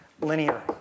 linear